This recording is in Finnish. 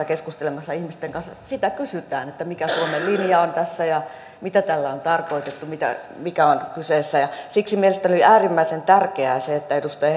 keskustelemassa ihmisten kanssa sitä kysytään mikä suomen linja on tässä ja mitä tällä on tarkoitettu mikä on kyseessä siksi mielestäni on äärimmäisen tärkeää se että edustaja